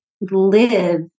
live